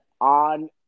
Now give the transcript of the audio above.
on